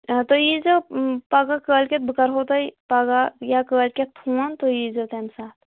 تُہۍ یی زیو پَگہہ کٲلۍ کٮ۪تھ بہٕ کَرٕہو تۄہِہ پَگہہ یا کٲلۍ کٮ۪تھ فون تُہۍ یی زیو تَمہِ ساتہٕ